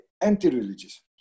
anti-religious